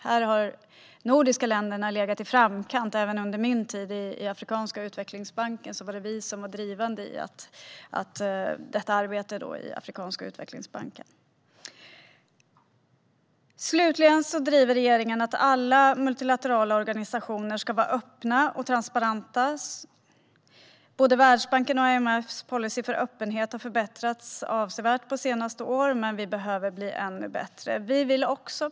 Här har de nordiska länderna legat framkant även under min tid i Afrikanska utvecklingsbanken. Det var vi som var drivande i arbetet i Afrikanska utvecklingsbanken. Slutligen driver regeringen att alla multilaterala organisationer ska vara öppna och transparenta. Både Världsbankens och IMF:s policyer för öppenhet har förbättrats avsevärt på senare år, men vi behöver bli ännu bättre.